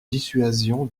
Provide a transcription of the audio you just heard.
dissuasion